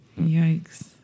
Yikes